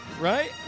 right